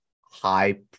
high